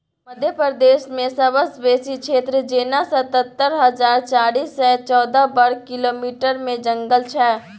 मध्य प्रदेशमे सबसँ बेसी क्षेत्र जेना सतहत्तर हजार चारि सय चौदह बर्ग किलोमीटरमे जंगल छै